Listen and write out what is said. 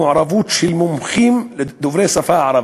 במעורבות של מומחים דוברי השפה הערבית.